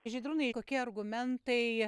žydrūnei kokie argumentai